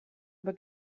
über